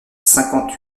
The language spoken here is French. cinquante